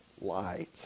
light